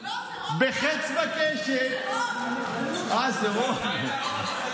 לא, זה רון כץ, אה, זה רון?